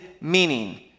meaning